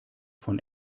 von